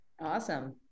Awesome